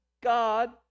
God